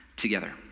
Together